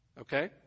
Okay